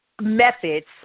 methods